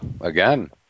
again